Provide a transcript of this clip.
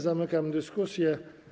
Zamykam dyskusję.